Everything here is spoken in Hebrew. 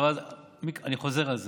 אני חוזר על זה: